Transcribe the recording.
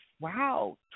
wow